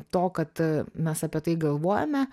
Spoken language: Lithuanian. to kad mes apie tai galvojame